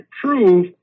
prove